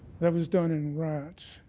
that was done in rats.